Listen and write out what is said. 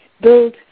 build